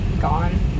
gone